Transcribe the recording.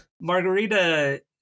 Margarita